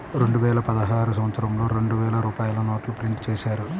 రెండువేల పదహారు సంవత్సరంలో రెండు వేల రూపాయల నోట్లు ప్రింటు చేశారు